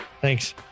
Thanks